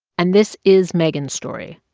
and this is megan's story,